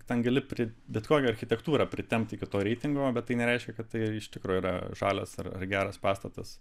tu ten gali prie bet kokią architektūrą pritempti iki to reitingo bet tai nereiškia kad tai iš tikrųjų yra žalias ar ar geras pastatas